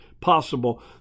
possible